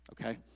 Okay